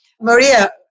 Maria